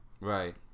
right